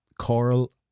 Coral